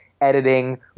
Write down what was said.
editing